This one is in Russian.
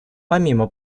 помимо